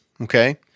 Okay